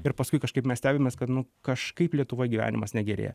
ir paskui kažkaip mes stebimės kad nu kažkaip lietuvoj gyvenimas negerėja